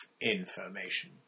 information